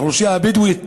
שהיא האוכלוסייה הבדואית,